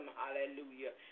hallelujah